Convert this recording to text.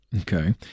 Okay